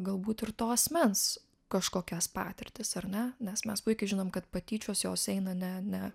galbūt ir to asmens kažkokias patirtis ar ne nes mes puikiai žinom kad patyčios jos eina ne ne